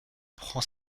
prend